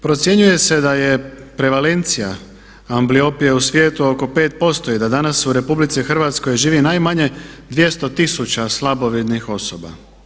Procjenjuje se da je prevalencija ambliopije u svijetu oko 5% i da danas u RH živi najmanje 200 tisuća slabovidnih osoba.